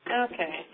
Okay